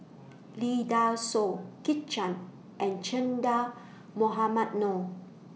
Lee Dai Soh Kit Chan and Che Dah Mohamed Noor